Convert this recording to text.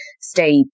stay